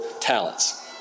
talents